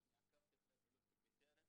ואני עקבתי אחרי הפעילות של 'בטרם',